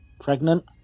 pregnant